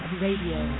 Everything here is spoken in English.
radio